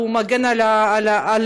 הוא מגן עלינו,